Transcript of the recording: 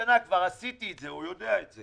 כבר עשיתי את זה, הוא יודע את זה.